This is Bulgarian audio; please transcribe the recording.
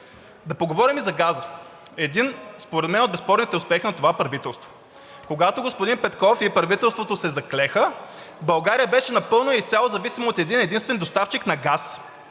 Да поговорим и за газа – един според мен от безспорните успехи на това правителство. Когато господин Петков и правителството се заклеха, България беше напълно и изцяло зависима от един-единствен доставчик на газ,